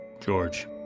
George